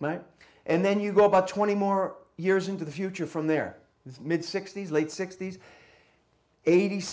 night and then you go about twenty more years into the future from their mid sixty's late sixty's eight